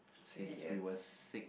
since we were sick